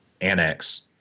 Annex